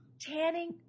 Tanning